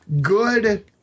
good